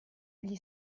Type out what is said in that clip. gli